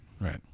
Right